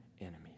enemies